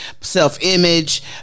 self-image